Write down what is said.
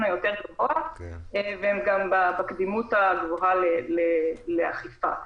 היותר גבוה והם גם בקדימות הגבוהה לאכיפה.